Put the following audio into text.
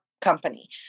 company